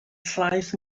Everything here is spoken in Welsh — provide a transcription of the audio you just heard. llaeth